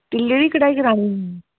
तिल्लें दी कड़हाई करानी ही